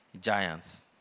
giants